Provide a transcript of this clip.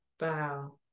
Wow